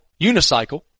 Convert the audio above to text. unicycle